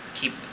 keep